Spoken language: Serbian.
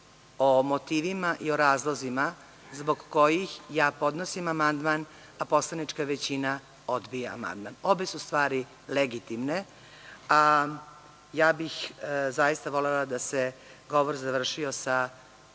O motivima i o razlozima zbog kojih ja podnosim amandman a poslanička većina odbija amandman. Obe su stvari legitimne. Ja bih zaista volela da se govor završio sa